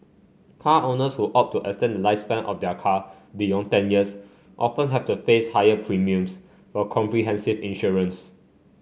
car owners who opt to extend the lifespan of their car beyond ten years often have to a face higher premiums for comprehensive insurance